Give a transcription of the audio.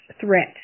threat